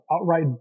outright